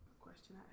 Question